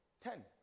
Ten